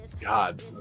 god